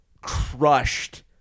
crushed